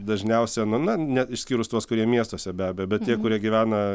dažniausia nu na ne išskyrus tuos kurie miestuose be abejo bet tie kurie gyvena